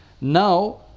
Now